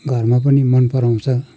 घरमा पनि मन पराउँछ